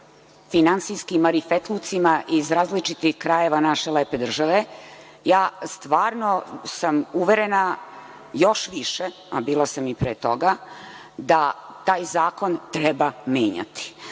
finansijskim marifetlucima iz različitih krajeva naše lepe države, ja sam stvarno uverena još više, a bila sam i pre toga, da taj zakon treba menjati. Ono